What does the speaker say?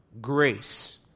grace